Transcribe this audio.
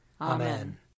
Amen